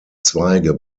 zweige